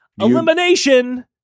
Elimination